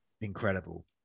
incredible